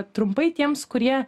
trumpai tiems kurie